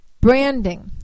Branding